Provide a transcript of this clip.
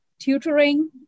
tutoring